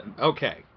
Okay